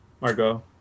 Margot